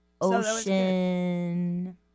Ocean